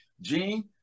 Gene